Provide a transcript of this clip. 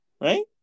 right